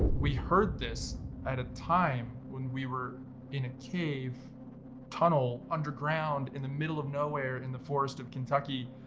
we heard this at a time when we were in a cave tunnel, underground, in the middle of nowhere in the forests of kentucky.